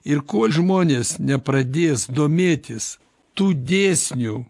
ir kol žmonės nepradės domėtis tų dėsnių